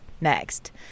next